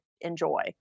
enjoy